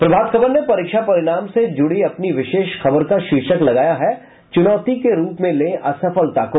प्रभात खबर ने परीक्षा परिणाम से जुड़ी अपनी विशेष खबर का शीर्षक लगाया है चुनौती के रूप में लें असफलता को